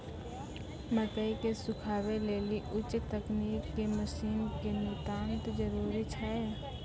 मकई के सुखावे लेली उच्च तकनीक के मसीन के नितांत जरूरी छैय?